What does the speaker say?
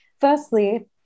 firstly